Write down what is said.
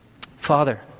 Father